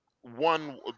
one